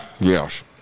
Yes